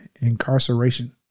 incarceration